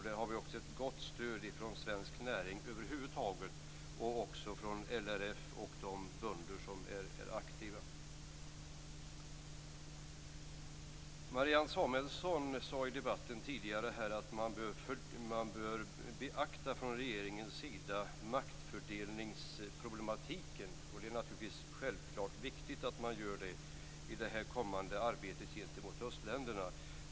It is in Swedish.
Där har vi också ett gott stöd från svensk näring över huvud taget och också från LRF och de bönder som är aktiva. Marianne Samuelsson sade i debatten tidigare här att man från regeringens sida bör beakta maktfördelningsproblematiken, och det är naturligtvis viktigt att man gör det i det kommande arbetet gentemot östländerna.